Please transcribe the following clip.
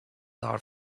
thought